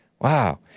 Wow